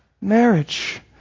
marriage